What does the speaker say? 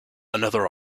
another